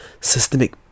systemic